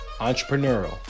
entrepreneurial